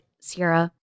Sierra